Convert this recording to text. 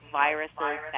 viruses